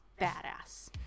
badass